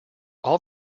all